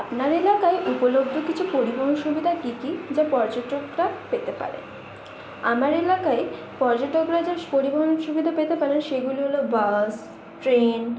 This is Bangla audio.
আপনার এলাকায় উপলব্ধ কিছু পরিবহণ সুবিধা কি কি যা পর্যটকরা পেতে পারে আমার এলাকায় পর্যটকরা যে পরিবহণ সুবিধা পেতে পারেন সেগুলি হল বাস ট্রেন